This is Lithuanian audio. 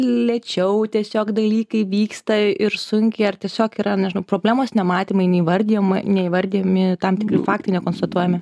lėčiau tiesiog dalykai vyksta ir sunkiai ar tiesiog yra nežinau problemos nematymai neįvardijama neįvardijami tam tikri faktai nekonstatuojami